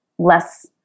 less